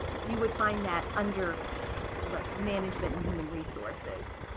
you would find that under ah but management and human resources.